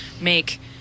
make